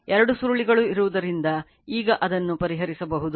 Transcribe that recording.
2 ಸುರುಳಿಗಳು ಇರುವುದರಿಂದ ಈಗ ಅದನ್ನು ಪರಿಹರಿಸಬಹುದು